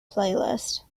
playlist